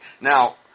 Now